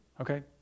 Okay